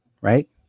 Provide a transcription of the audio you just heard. right